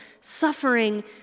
suffering